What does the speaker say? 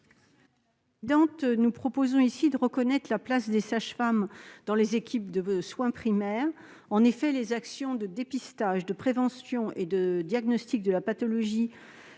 nous proposons de reconnaître la place des sages-femmes dans les équipes de soins primaires. En effet, les actions de dépistage, de prévention et de diagnostic des pathologies